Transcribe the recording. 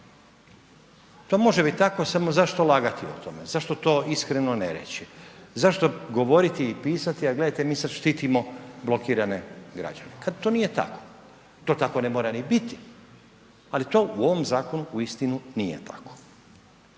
to može biti tako samo zašto lagati o tome, zašto to iskreno ne reći, zašto govoriti i pisati, a gledajte mi sad štitimo blokirane građane, kad to nije tako. To tako ne mora ni biti, ali to u ovom zakonu uistinu nije tako.